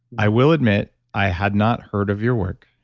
i will admit i had not heard of your work